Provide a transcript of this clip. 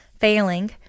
failing